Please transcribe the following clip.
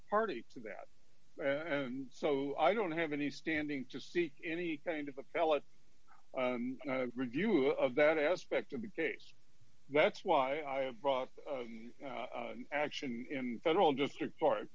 a party to that and so i don't have any standing to seek any kind of appellate review of that aspect of the case that's why i brought action in federal district